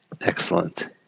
Excellent